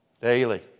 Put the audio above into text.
Daily